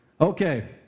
Okay